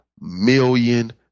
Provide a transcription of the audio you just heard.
million